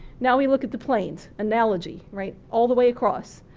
now we look at the planes' analogy, right, all the way across.